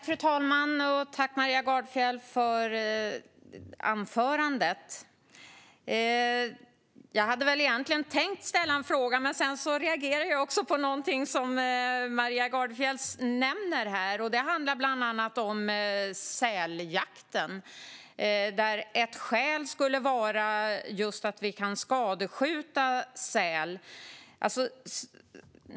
Fru talman! Tack, Maria Gardfjell, för anförandet! Jag hade egentligen tänkt ställa en fråga, men jag reagerade också på någonting som Maria Gardfjell nämnde här. Det handlar bland annat om säljakten. Ett skäl skulle vara just att vi kan skadskjuta säl.